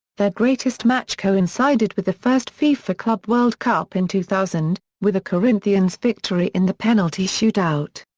their greatest match coincided with the first fifa club world cup in two thousand, with a corinthians victory in the penalty shootout.